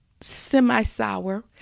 semi-sour